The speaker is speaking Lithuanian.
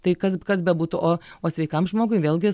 tai kas kas bebūtų o o sveikam žmogui vėlgi